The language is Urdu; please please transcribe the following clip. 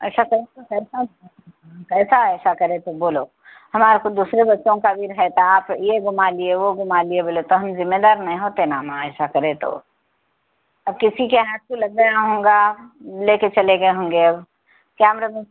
ایسا کرے تو کیسا کیسا ایسا کرے تو بولو ہمارا تو دوسرے بچوں کا بھی رہتا آپ یہ گما لیے وہ گما لیے بولے تو ہم ذمہ دار نہیں ہوتے نا ہم ایسا کرے تو اور کسی کے ہاتھ کو لگ گیا ہوں گا لے کے چلے گئے ہوں گے اب کیمرہ میں